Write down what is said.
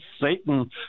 Satan